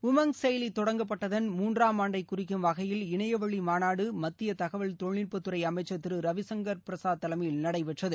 உமங் செயலி தொடங்கப்பட்டதன் மூன்றாம் ஆண்டை குறிக்கும் வகையில் இணையவழி மாநாடு மத்திய தகவல் தொழில்நுட்பத்துறை அமைச்சர் திரு ரவிசங்கர் பிரசாத் தலைமையில் நடைபெற்றது